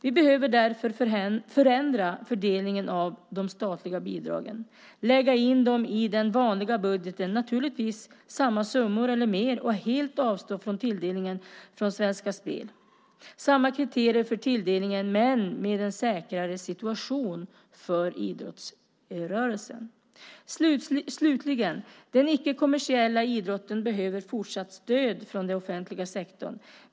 Vi behöver därför förändra fördelningen av de statliga bidragen och lägga in dem i den vanliga budgeten, naturligtvis samma summor eller mer, och helt avstå från tilldelningen från Svenska Spel. Samma kriterier ska gälla för tilldelningen men med en säkrare situation för idrottsrörelsen. Slutligen: Den icke-kommersiella idrotten behöver fortsatt stöd från den offentliga sektorn.